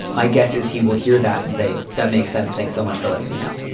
my guess is he will hear that and say that makes sense. thanks so much for letting me know.